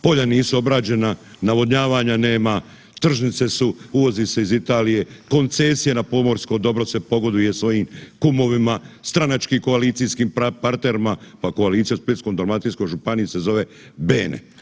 Polja nisu obrađena, navodnjavanja nema, tržnice su, uvozi se iz Italije, koncesije na pomorsko dobro se pogoduje svojim kumovima, stranačkim koalicijskim partnerima, pa koalicija u Splitsko-dalmatinskoj županiji se zove Bene [[Upadica: Vrijeme]] Hvala.